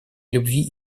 любви